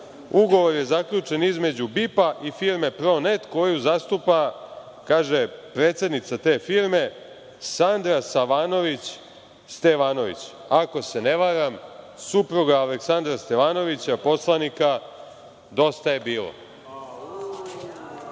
ugovor je zaključen između BIP-a i firme „Pronet“ koju zastupa, kaže predsednica te firme - Sandra Savanović Stevanović. Ako se ne varam, to je supruga Aleksandra Stevanovića, poslanika DJB. Evo